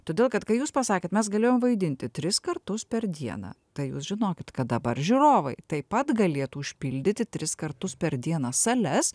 todėl kad kai jūs pasakėt mes galėjom vaidinti tris kartus per dieną tai jūs žinokit kad dabar žiūrovai taip pat galėtų užpildyti tris kartus per dieną sales